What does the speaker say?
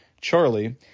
Charlie